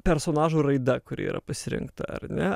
personažų raida kuri yra pasirinkta ar ne